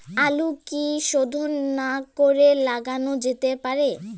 আলু কি শোধন না করে লাগানো যেতে পারে?